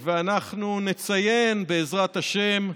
ואנחנו נציין, בעזרת השם,